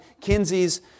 Kinsey's